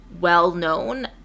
well-known